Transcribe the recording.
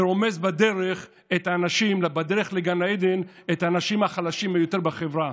ורומס בדרך לגן העדן את האנשים החלשים ביותר בחברה: